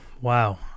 Wow